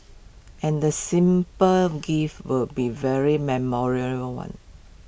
and the simple gift will be very memorable one